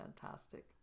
fantastic